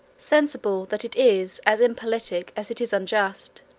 sensible that it is as impolitic as it is unjust